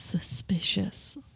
Suspicious